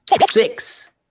six